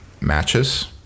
matches